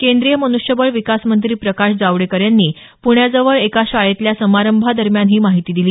केंद्रीय मुनष्यबळ विकास मंत्री प्रकाश जावडेकर यांनी पुण्याजवळ एका शाळेतल्या समारंभादरम्यान ही माहिती दिली